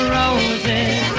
roses